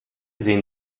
sehen